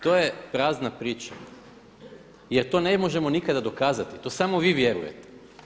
To je prazna priča, jer to ne možemo nikada dokazati, to samo vi vjerujete.